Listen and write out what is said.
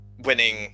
winning